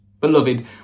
Beloved